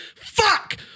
Fuck